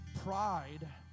Pride